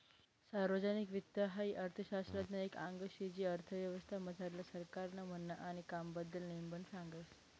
सार्वजनिक वित्त हाई अर्थशास्त्रनं एक आंग शे जे अर्थव्यवस्था मझारलं सरकारनं म्हननं आणि कामबद्दल नेमबन सांगस